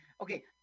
Okay